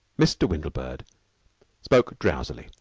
mr. windlebird spoke drowsily.